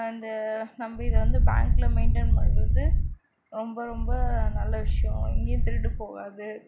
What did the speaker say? இந்த நம்ம இதை வந்து பேங்க்கில் மெயின்டைன் பண்ணுறது ரொம்ப ரொம்ப நல்ல விஷயம் எங்கேயும் திருடு போகாது